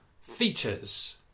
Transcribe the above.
features